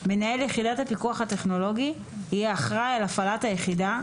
מנהל יחידת הפיקוח הטכנולוגי יהיה אחראי על הפעלת היחידה,